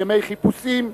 ימי חיפושים,